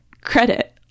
credit